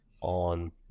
on